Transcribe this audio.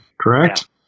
correct